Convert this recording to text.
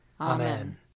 Amen